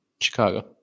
Chicago